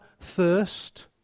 thirst